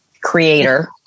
creator